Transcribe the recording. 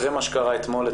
אחרי מה שקרה אתמול,